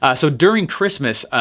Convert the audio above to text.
ah so during christmas,